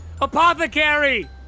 apothecary